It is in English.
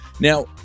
Now